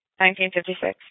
1956